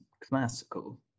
classical